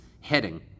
heading